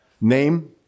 name